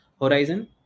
horizon